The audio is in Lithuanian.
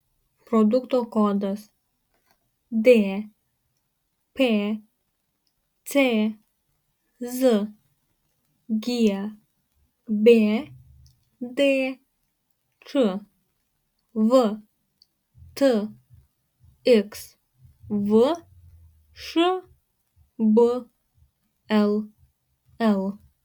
produkto kodas dpcz gbdč vtxv šbll